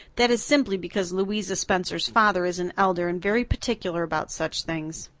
that is simply because louisa spencer's father is an elder and very particular about such things.